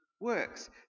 works